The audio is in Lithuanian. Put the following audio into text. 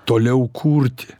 toliau kurti